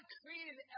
created